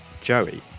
Joey